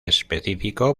específico